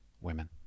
women